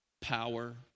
power